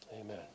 Amen